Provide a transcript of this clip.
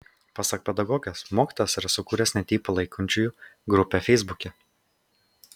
pasak pedagogės mokytojas yra sukūręs net jį palaikančiųjų grupę feisbuke